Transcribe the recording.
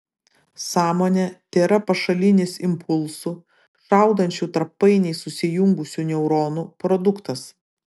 sąmonė tėra pašalinis impulsų šaudančių tarp painiai susijungusių neuronų produktas